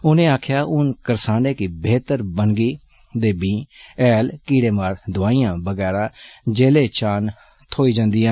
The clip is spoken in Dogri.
उनें आक्खेआ हून करसानें गी बेहतर बनगी दे बीऽ हैल कीड़ेमार दोआइयां बगैरा जेल्लै चाहन थ्होई जंदियां न